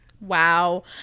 Wow